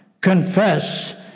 confess